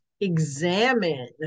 examine